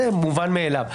זה מאובן מאליו.